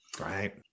Right